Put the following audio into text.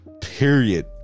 Period